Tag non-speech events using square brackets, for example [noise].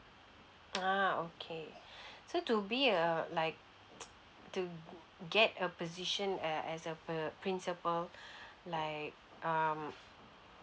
[noise] ah okay [breath] so to be a like [noise] to get a position a~ as a uh principal [breath] like um